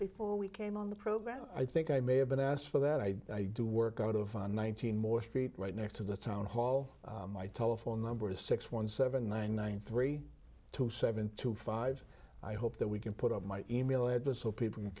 before we came on the program i think i may have been asked for that i do work out of one thousand more street right next to the town hall my telephone number is six one seven one one three two seven two five i hope that we can put up my email address so people can